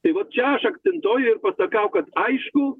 tai vat čia aš akcentuoju ir pasakau kad aišku